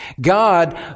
God